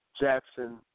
Jackson